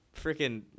freaking